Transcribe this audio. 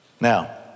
Now